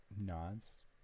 nods